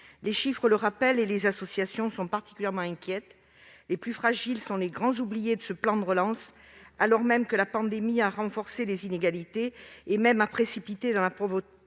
les chiffres le rappellent, et que les associations sont particulièrement inquiètes. Les plus fragiles sont les grands oubliés de ce plan de relance, alors même que la pandémie a renforcé les inégalités et précipité dans la pauvreté